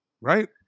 Right